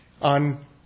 on